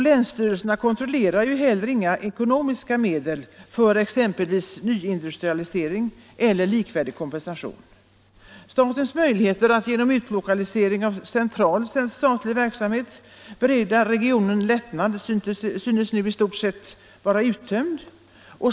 Länsstyrelserna kontrollerar heller inga ekonomiska medel för exempelvis nyindustrialisering eller likvärdig kompensation. Statens möjligheter att genom utlokalisering av central statlig verksamhet bereda regionen lättnad synes nu i stort sett vara uttömda.